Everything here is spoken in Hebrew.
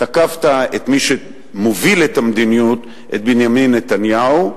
תקפת את מי שמוביל את המדיניות, את בנימין נתניהו,